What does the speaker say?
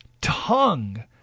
tongue